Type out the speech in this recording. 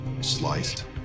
sliced